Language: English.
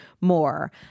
more